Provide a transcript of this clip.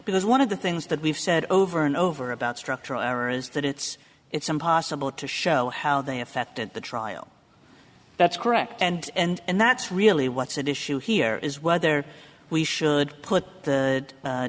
because one of the things that we've said over and over about structural errors that it's it's impossible to show how they affected the trial that's correct and and that's really what's at issue here is whether we should put the